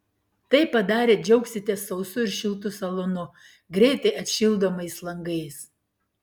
tai padarę džiaugsitės sausu ir šiltu salonu greitai atšildomais langais